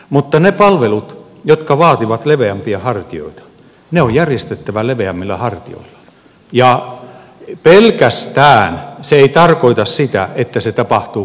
mutta ne palvelut jotka vaativat leveämpiä hartioita on järjestettävä leveämmillä hartioilla ja pelkästään se ei tarkoita sitä että se tapahtuu kuntaliitosten kautta